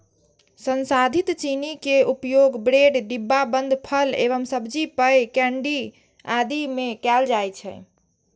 संसाधित चीनी के उपयोग ब्रेड, डिब्बाबंद फल एवं सब्जी, पेय, केंडी आदि मे कैल जाइ छै